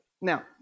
Now